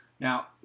Now